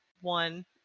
one